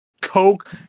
coke